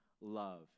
love